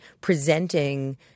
presenting